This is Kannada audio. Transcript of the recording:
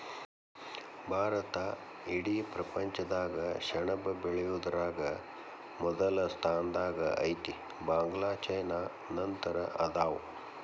ಭಾರತಾ ಇಡೇ ಪ್ರಪಂಚದಾಗ ಸೆಣಬ ಬೆಳಿಯುದರಾಗ ಮೊದಲ ಸ್ಥಾನದಾಗ ಐತಿ, ಬಾಂಗ್ಲಾ ಚೇನಾ ನಂತರ ಅದಾವ